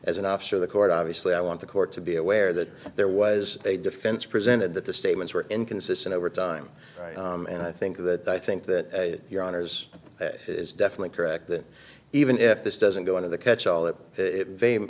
as an officer of the court obviously i want the court to be aware that there was a defense presented that the statements were inconsistent over time and i think that i think that your honour's is definitely correct that even if this doesn't go on of the catchall that it may